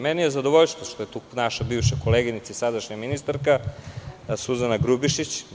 Meni je zadovoljstvo što je tu naša bivša koleginica, sadašnja ministarka Suzana Grubješić.